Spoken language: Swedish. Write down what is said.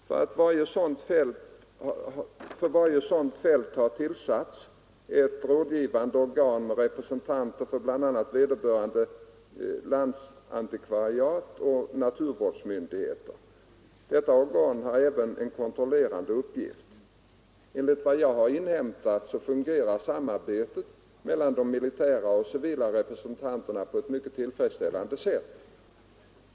För varje sådant fält har tillsatts ett rådgivande organ med representanter för bl.a. vederbörande landsantikvarie och naturvårdsmyndighet. Detta organ har även en kontrollerande uppgift. Enligt vad jag har inhämtat fungerar samarbetet mellan de militära och civila representanterna på ett mycket tillfredsställande sätt.